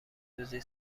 روزی